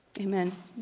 Amen